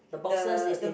the the